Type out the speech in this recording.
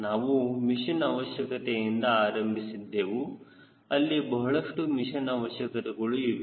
ನಾವು ಮಿಷನ್ ಅವಶ್ಯಕತೆಯಿಂದ ಆರಂಭಿಸಿದೆವು ಅಲ್ಲಿ ಬಹಳಷ್ಟು ಮಿಷನ್ ಅವಶ್ಯಕತೆಗಳು ಇವೆ